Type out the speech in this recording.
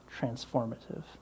transformative